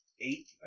Eight